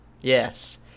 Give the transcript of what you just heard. Yes